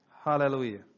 Hallelujah